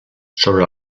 sobre